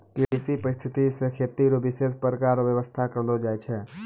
कृषि परिस्थितिकी से खेती रो विशेष प्रकार रो व्यबस्था करलो जाय छै